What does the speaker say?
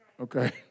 okay